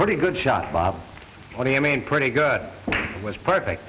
pretty good shot bob what do you mean pretty good was perfect